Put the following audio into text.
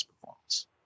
performance